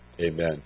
Amen